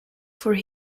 for